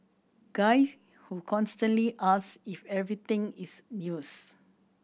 guys who constantly ask if everything is news